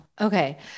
Okay